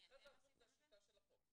המכרז ההפוך זה השיטה של החוק.